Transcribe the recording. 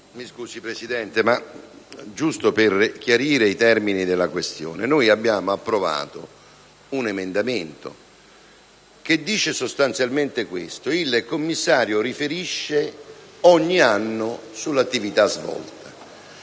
Signor Presidente, vorrei chiarire i termini della questione. Noi abbiamo approvato un emendamento, il cui contenuto è sostanzialmente questo: il Commissario riferisce ogni anno sull'attività svolta,